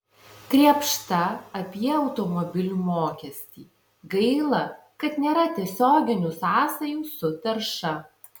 krėpšta apie automobilių mokestį gaila kad nėra tiesioginių sąsajų su tarša